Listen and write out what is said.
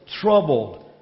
troubled